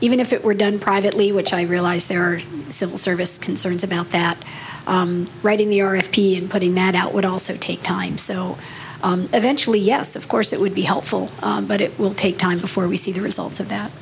even if it were done privately which i realize there are civil service concerns about that writing the or if p and putting that out would also take time so eventually yes of course it would be helpful but it will take time before we see the results of that